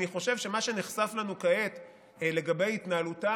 אני חושב שמה שנחשף לנו כעת לגבי התנהלותה